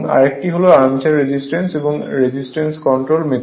আরেকটি হল armature resistor এর রেজিস্ট্যান্স কন্ট্রোল মেথড